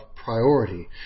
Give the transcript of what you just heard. Priority